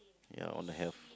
your own health